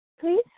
please